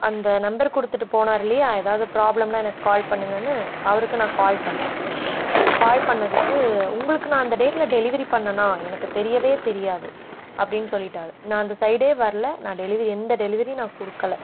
அந்த நம்பர் கொடுத்துட்டு போனார் இல்லையா ஏதாவது ப்ராப்ளம்னால் எனக்கு கால் பண்ணுங்கன்னு அவருக்கு நான் கால் பண்ணேன் கால் பண்ணதுக்கு உங்களுக்கு நான் அந்த டேட்ல டெலிவரி பண்ணென்னால் எனக்கு தெரியவே தெரியாது அப்படின்னு சொல்லிட்டார் நான் அந்த சைடே வரல நான் டெலிவரி எந்த டெலிவரியும் நான் கொடுக்கல